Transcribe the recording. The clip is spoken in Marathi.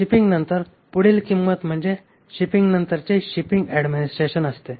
शिपिंगनंतर पुढील किंमत म्हणजे शिपिंग नंतरचे शिपिंग ऍडमिनिस्ट्रेशन असते